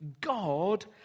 God